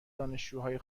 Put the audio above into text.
دانشجوهای